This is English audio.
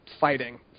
fighting